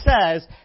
says